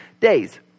days